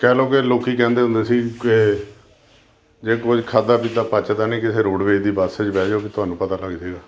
ਕਹਿ ਲਓ ਕਿ ਲੋਕੀ ਕਹਿੰਦੇ ਹੁੰਦੇ ਸੀ ਕਿ ਜੇ ਕੋਈ ਖਾਧਾ ਪੀਤਾ ਪਚਦਾ ਨਹੀਂ ਕਿਸੇ ਰੋਡਵੇਜ਼ ਦੀ ਬੱਸ ਬਹਿ ਜਾਓ ਅਤੇ ਤੁਹਾਨੂੰ ਪਤਾ ਲੱਗ ਜੇਗਾ